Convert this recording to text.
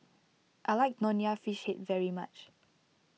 I like Nonya Fish Head very much